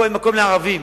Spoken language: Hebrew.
פה אין מקום לערבים,